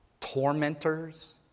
tormentors